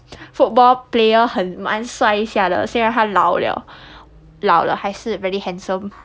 football player 很蛮帅一下的虽然他老 liao 老了还是 very handsome